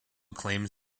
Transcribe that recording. claims